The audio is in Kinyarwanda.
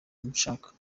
mushaka